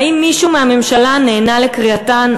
האם מישהו מהממשלה נענה לקריאתן?